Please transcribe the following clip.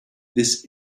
this